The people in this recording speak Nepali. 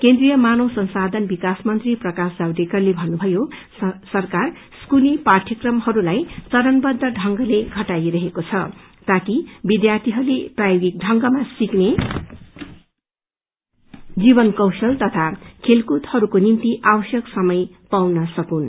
केन्द्रीय मानव संसाधन विकास मंत्री प्रकाश जावेडकरले भन्नुभयो सरकार स्कूली पाठ्यक्रमहरूलाई चरणवछ ढंगले घटाइरहेको छ ताकि विध्यार्थीहरूले प्रयोगगिक ढंगमा सिकने जीवन कौशल तथा खेलकूदहरूको निम्ति आवश्यक समय मिल्न सकोस्